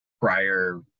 prior